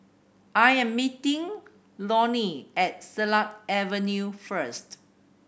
I am meeting Leonie at Silat Avenue first